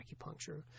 acupuncture